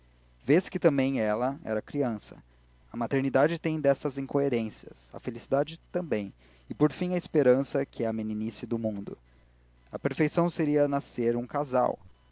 vês que também ela era criança a maternidade tem dessas incoerências a felicidade também e por fim a esperança que é a meninice do mundo a perfeição seria nascer um casal